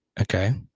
Okay